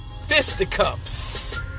fisticuffs